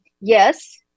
Yes